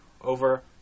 over